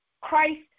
Christ